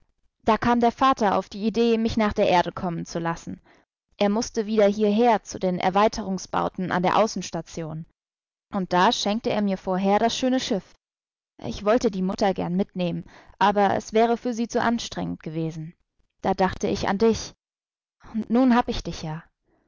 da kam der vater auf die idee mich nach der erde kommen zu lassen er mußte wieder hierher zu den erweiterungsbauten an der außenstation und da schenkte er mir vorher das schöne schiff ich wollte die mutter gern mitnehmen aber es wäre für sie zu anstrengend gewesen da dachte ich an dich und nun hab ich dich ja